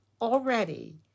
already